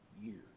years